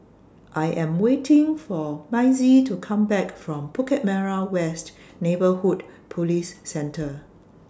I Am waiting For Mazie to Come Back from Bukit Merah West Neighbourhood Police Centre